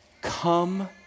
Come